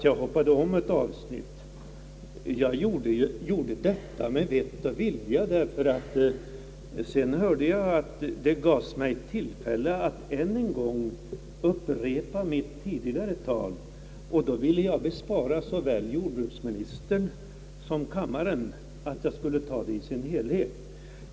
Jag hoppade med vett och vilja över ett avsnitt av mitt anförande, ty jag hörde att jag skulle få tillfälle att upprepa mitt tidigare tal och ville bespara såväl jordbruksministern som kammarledamöterna att höra det i dess helhet.